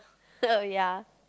so ya